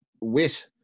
wit